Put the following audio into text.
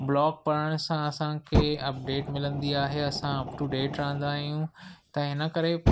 blog पढ़ण सां असांखे अपडेट मिलंदी आहे असां अप टू डेट रहंदा आहियूं त हिन करे